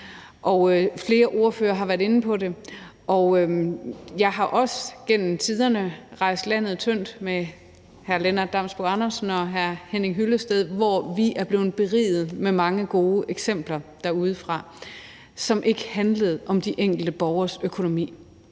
Flere ordførere har været inde på det. Jeg har også igennem tiderne rejst landet tyndt med hr. Lennart Damsbo-Andersen og hr. Henning Hyllested, hvor vi er blevet beriget med mange gode eksempler derudefra, som ikke handlede om den enkelte borgers økonomi,